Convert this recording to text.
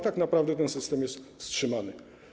Tak naprawdę ten system jest wstrzymany.